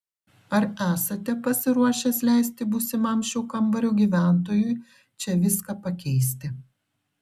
ar esate pasiruošęs leisti būsimam šio kambario gyventojui čia viską pakeisti